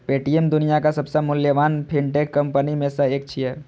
Paytm दुनियाक सबसं मूल्यवान फिनटेक कंपनी मे सं एक छियै